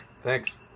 Thanks